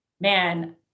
man